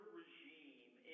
regime